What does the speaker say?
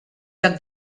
joc